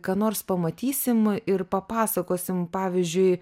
ką nors pamatysim ir papasakosim pavyzdžiui